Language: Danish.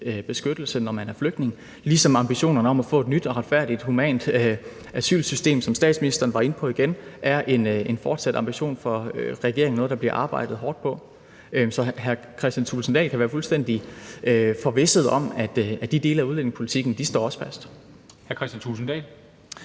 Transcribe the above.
beskyttelse, når man er flygtning, ligesom ambitionerne om at få et nyt og retfærdigt og humant asylsystem, som statsministeren var inde på igen, er en fortsat ambition for regeringen og noget, der bliver arbejdet hårdt på. Så hr. Kristian Thulesen Dahl kan være fuldstændig forvisset om, at de dele af udlændingepolitikken også står fast.